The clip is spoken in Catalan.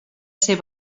ser